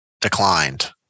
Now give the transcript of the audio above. declined